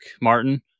martin